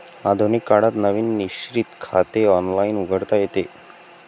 आधुनिक काळात नवीन निश्चित खाते ऑनलाइन उघडता येते